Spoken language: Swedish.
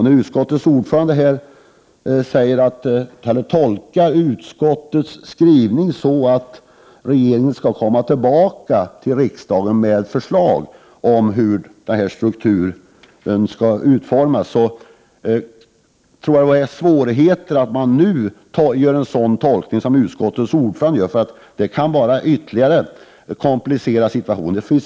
När utskottets ordförande här nyss tolkade utskottets skrivning på det sättet att regeringen skall återkomma till riksdagen med förslag om hur denna struktur skall utformas tror jag att detta bara ytterligare komplicerar situationen.